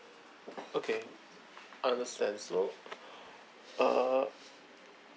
okay I understand so uh